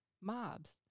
mobs